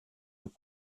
und